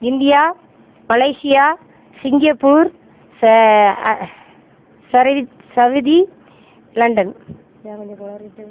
India Malaysia Singapore ச சவிதி London